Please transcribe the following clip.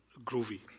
groovy